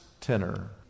Tenor